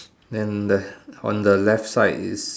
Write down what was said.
and the on the left side is